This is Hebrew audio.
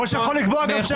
לפניך.